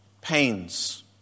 Pains